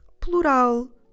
plural